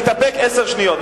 תתאפק עשר שניות.